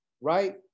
right